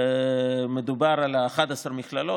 מדובר על 11 מכללות,